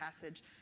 passage